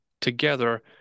together